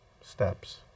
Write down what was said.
steps